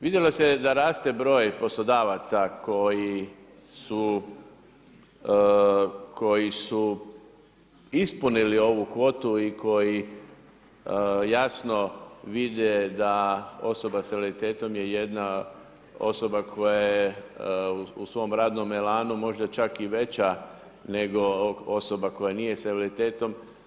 Vidjelo se da raste broj poslodavaca koji su ispunili ovu kvotu i koji jasno vide da osoba sa invaliditetom je jedna osoba koja je u svom radnom elanu možda čak i veća nego osoba koja nije sa invaliditetom.